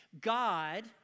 God